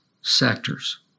sectors